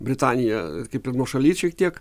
britanija kaip ir nuošaly šiek tiek